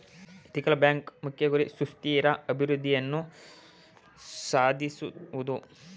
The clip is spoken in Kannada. ಎಥಿಕಲ್ ಬ್ಯಾಂಕ್ನ ಮುಖ್ಯ ಗುರಿ ಸುಸ್ಥಿರ ಅಭಿವೃದ್ಧಿಯನ್ನು ಸಾಧಿಸುವುದು